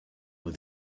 with